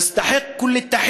תודה, דאוד.